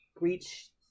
reach